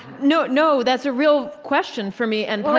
you know that's a real question for me and well,